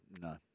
No